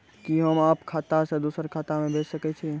कि होम आप खाता सं दूसर खाता मे भेज सकै छी?